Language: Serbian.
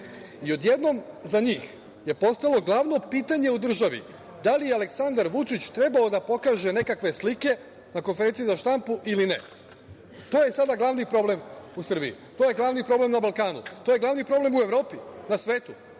I odjednom za njih je postalo glavno pitanje u državi – da li je Aleksandar Vučić trebao da pokaže nekakve slike na konferenciji za štampu ili ne? To je sada glavni problem u Srbiji. To je glavni problem na Balkanu, to je glavni problem u Evropi, na svetu